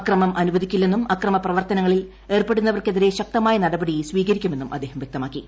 അക്രമം അനുവദിക്കില്ലെന്നും അക്രമ പ്രവർത്തനങ്ങളിൽ ഏർപ്പെടുന്നവർക്കെതിരെ ശക്തമായ നടപടി സ്വീകരിക്കുമെന്നും അദ്ദേഹം വ്യക്തമാക്കി